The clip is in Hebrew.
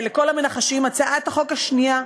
לכל המנחשים, הצעת החוק השנייה,